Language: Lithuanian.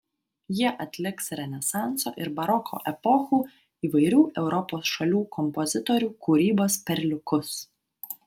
jie atliks renesanso ir baroko epochų įvairių europos šalių kompozitorių kūrybos perliukus